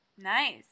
Nice